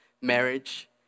marriage